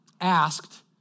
asked